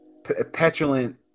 petulant